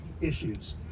issues